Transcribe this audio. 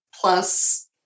plus